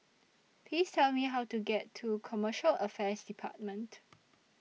Please Tell Me How to get to Commercial Affairs department